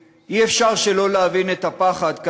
אי-אפשר שלא להבין את הפחד ברחוב היהודי